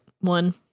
one